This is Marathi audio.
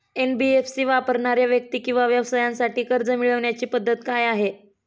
एन.बी.एफ.सी वापरणाऱ्या व्यक्ती किंवा व्यवसायांसाठी कर्ज मिळविण्याची पद्धत काय आहे?